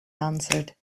answered